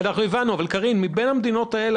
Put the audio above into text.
קרין, מבין המדינות האלה